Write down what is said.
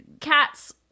cats